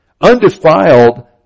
Undefiled